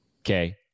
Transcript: Okay